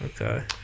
Okay